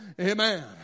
amen